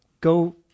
go